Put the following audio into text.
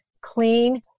clean